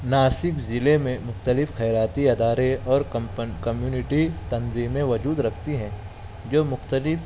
ناسک ضلع میں مختلف خیراتی ادارے اور کمپن کمیونٹی تنظیمیں وجود رکھتی ہیں جو مختلف